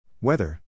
Weather